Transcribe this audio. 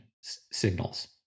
signals